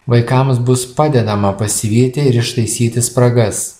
vaikams bus padedama pasivyti ir ištaisyti spragas